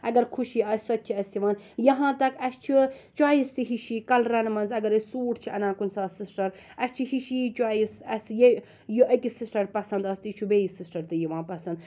اگَر خوشی آسہِ سۄ تہِ چھِ اَسہِ یِوان یَہاں تَک اَسہِ چھُ چۄیِس تہِ ہِشی کَلرَن مَنٛز اَگَر أسۍ سوٗٹ چھِ اَنان کُنہِ ساتہٕ سِسٹَر اَسہِ چھِ ہِشی چۄیِس اَسہِ یہِ یہِ أکِس سِسٹَر پَسَنٛد آسہِ تہِ چھُ بیٚیِس سِسٹَر تہٕ یِوان پَسَنٛد